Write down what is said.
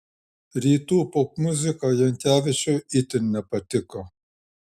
rytų popmuzika jankevičiui itin nepatiko